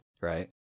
right